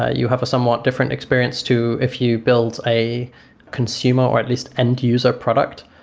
ah you have a somewhat different experience to if you build a consumer, or at least end-user product.